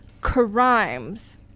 crimes